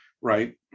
right